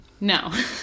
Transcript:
No